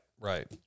right